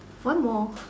one more